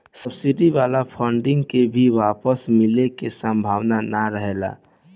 subsidy वाला funding के भी वापस मिले के सम्भावना ना रहेला